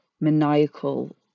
maniacal